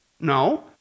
No